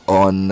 on